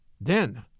Then